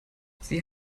sie